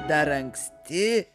dar anksti